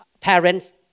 parents